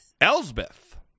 Elsbeth